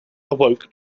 awoke